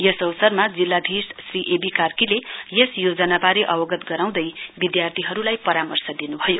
यस अवसरमा जिल्लाधीश श्री एवी कार्कीले यस योजनावारे अवगत गराउँदै विधार्थीहरुलाई परामर्श दिन्भयो